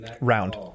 round